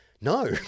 no